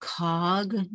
cog